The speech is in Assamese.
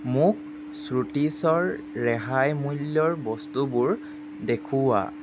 মোক শ্ৰুতিছৰ ৰেহাই মূল্যৰ বস্তুবোৰ দেখুওৱা